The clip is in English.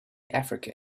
africa